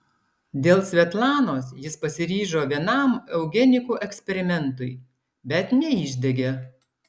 dėl svetlanos jis pasiryžo vienam eugenikų eksperimentui bet neišdegė